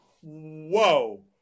whoa